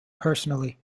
personally